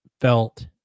felt